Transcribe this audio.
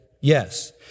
yes